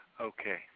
Okay